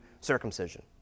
circumcision